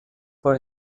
for